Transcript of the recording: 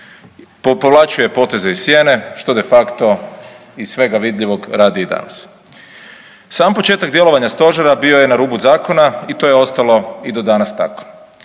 Povlačio je poteze iz sjene što de facto iz svega vidljivog radi i danas. Sam početak djelovanja stožera bio je na rubu zakona i to je ostalo i do danas tako.